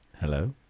Hello